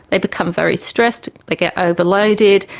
they become very stressed, they get overloaded,